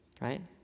right